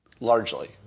largely